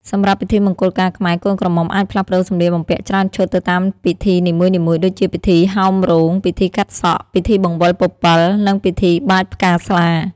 សម្រាប់ពិធីមង្គលការខ្មែរ កូនក្រមុំអាចផ្លាស់ប្តូរសម្លៀកបំពាក់ច្រើនឈុតទៅតាមពិធីនីមួយៗដូចជា ពិធីហោមរោង ពិធីកាត់សក់ ពិធីបង្វិលពពិល និង ពិធីបាចផ្កាស្លា ។